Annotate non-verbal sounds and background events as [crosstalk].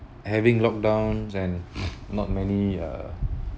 having locked down and [noise] not many uh